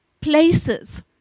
Places